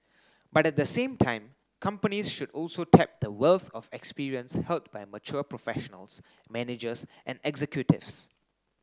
but at the same time companies should also tap the wealth of experience held by mature professionals managers and executives